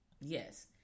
Yes